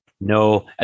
No